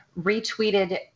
retweeted